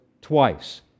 Twice